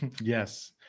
Yes